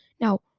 Now